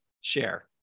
share